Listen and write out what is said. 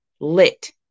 lit